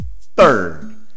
Third